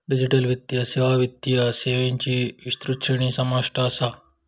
digital वित्तीय सेवात वित्तीय सेवांची विस्तृत श्रेणी समाविष्ट असा